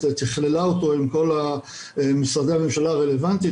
תכללה אותו עם כל משרדי הממשלה הרלוונטיים.